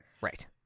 right